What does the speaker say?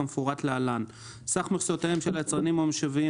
כמפורט להלן: סך כל מכסותיהם של היצרנים המושביים,